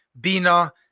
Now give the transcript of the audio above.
bina